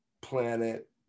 planet